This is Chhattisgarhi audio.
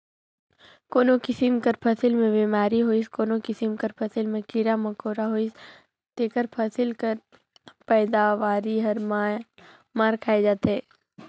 कोनो किसिम कर फसिल में बेमारी होइस कोनो किसिम कर फसिल में कीरा मकोरा होइस तेकर फसिल कर पएदावारी हर मार खाए जाथे